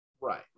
right